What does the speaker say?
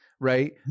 right